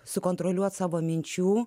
sukontroliuoti savo minčių